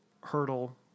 Hurdle